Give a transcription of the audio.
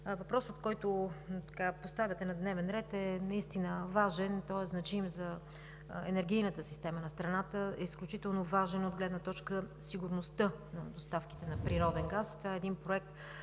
Въпросът, който поставяте на дневен ред, е наистина важен, той е значим за енергийната система на страната, изключително важен от гледна точка сигурността на доставките на природен газ. Това е един проект,